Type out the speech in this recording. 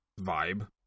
vibe